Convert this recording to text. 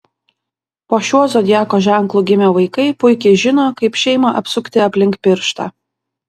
po šiuo zodiako ženklu gimę vaikai puikiai žino kaip šeimą apsukti aplink pirštą